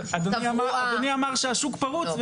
אדוני אמר שהשוק פרוץ,